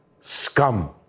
scum